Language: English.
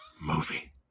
movie